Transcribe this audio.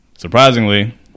Surprisingly